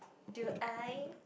do I